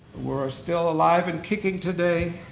we're still alive and kicking today.